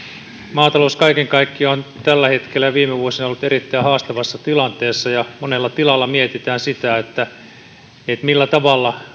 maatalous kaiken kaikkiaan on tällä hetkellä ja viime vuosina ollut erittäin haastavassa tilanteessa ja monella tilalla mietitään sitä millä tavalla